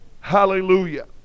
Hallelujah